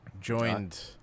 joined